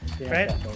right